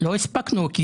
לא הספקנו, כי